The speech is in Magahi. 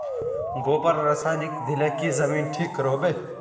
गोबर रासायनिक दिले की जमीन ठिक रोहबे?